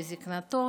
בזקנתו,